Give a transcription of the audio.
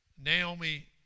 Naomi